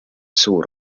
suur